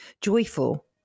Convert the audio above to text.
joyful